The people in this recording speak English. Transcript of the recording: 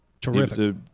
Terrific